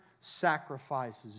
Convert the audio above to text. sacrifices